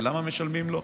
ולמה משלמים לו,